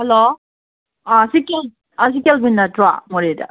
hello ꯁꯤ ꯀꯩ ꯑꯥꯔ ꯀꯦ ꯀꯦꯜꯕꯤꯟ ꯅꯠꯇ꯭ꯔꯣ ꯃꯣꯔꯦꯗ